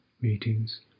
meetings